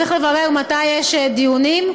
צריך לברר מתי יש דיונים.